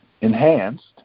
enhanced